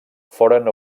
foren